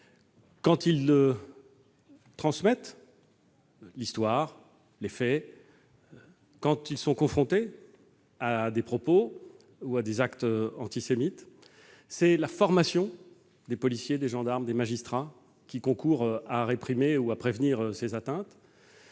quand ils transmettent l'histoire, les faits, qu'ils sont confrontés à des propos ou à des actes antisémites ; je pense également à la formation des policiers, des gendarmes, des magistrats, qui concourent à réprimer ou à prévenir ces atteintes.